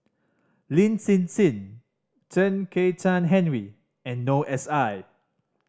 Lin Hsin Hsin Chen Kezhan Henri and Noor S I